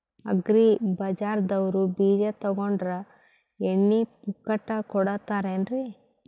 Agri ಬಜಾರದವ್ರು ಬೀಜ ತೊಗೊಂಡ್ರ ಎಣ್ಣಿ ಪುಕ್ಕಟ ಕೋಡತಾರೆನ್ರಿ?